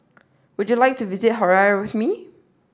would you like to visit Harare with me